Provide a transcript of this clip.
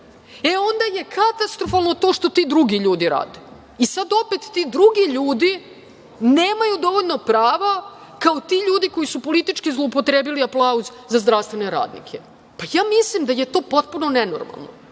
onda je katastrofalno to što ti drugi ljudi rade. Sad opet ti drugi ljudi nemaju dovoljno prava kao ti ljudi koji su politički zloupotrebili aplauz za zdravstvene radnike. Ja mislim da je to potpuno nenormalno.